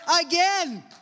again